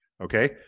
okay